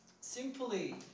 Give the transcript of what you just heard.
simply